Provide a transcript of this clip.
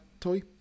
toy